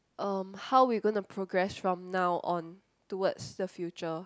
um how we going to progress from now on towards the future